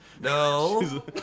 No